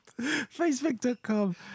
facebook.com